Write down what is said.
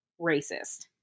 racist